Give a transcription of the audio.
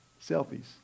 Selfies